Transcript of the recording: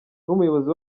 n’umuyobozi